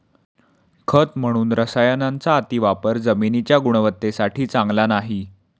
खत म्हणून रसायनांचा अतिवापर जमिनीच्या गुणवत्तेसाठी चांगला नाही